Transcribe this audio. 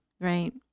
Right